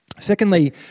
Secondly